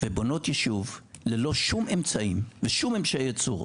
ובונות יישוב ללא שום אמצעים ושם אמצעי ייצור,